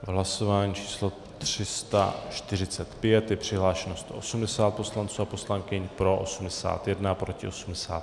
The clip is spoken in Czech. V hlasování číslo 345 je přihlášeno 180 poslanců a poslankyň, pro 81, proti 87.